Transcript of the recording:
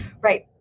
Right